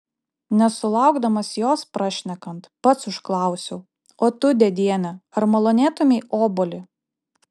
nesulaukdamas jos prašnekant pats užklausiau o tu dėdiene ar malonėtumei obuolį